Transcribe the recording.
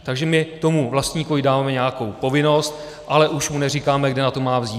Takže my tomu vlastníkovi dáváme nějakou povinnost, ale už mu neříkáme, kde na to má vzít.